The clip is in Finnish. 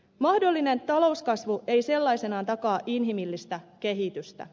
mahdollinen talouskasvu ei sellaisenaan takaa inhimillistä kehitystä